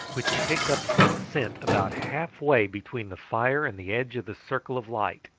which had picked up some scent about half-way between the fire and the edge of the circle of light.